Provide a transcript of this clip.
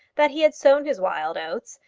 that he had sown his wild oats,